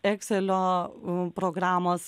ekselio programos